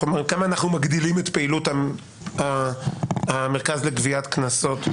כמה אנחנו מגדילים את פעילות המרכז לגביית קנסות?